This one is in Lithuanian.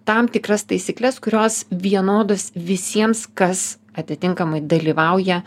tam tikras taisykles kurios vienodos visiems kas atitinkamai dalyvauja